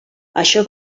això